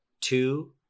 two